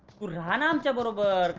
blue-and um double the